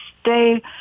stay